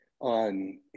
on